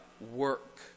work